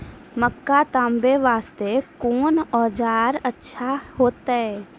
मक्का तामे वास्ते कोंन औजार अच्छा होइतै?